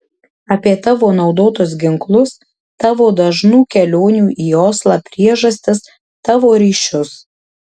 apie tavo naudotus ginklus tavo dažnų kelionių į oslą priežastis tavo ryšius